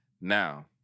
Now